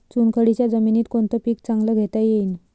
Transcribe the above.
चुनखडीच्या जमीनीत कोनतं पीक चांगलं घेता येईन?